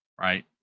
right